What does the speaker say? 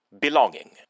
belonging